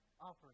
offering